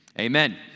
Amen